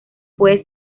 puede